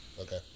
okay